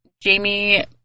Jamie